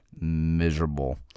miserable